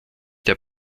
der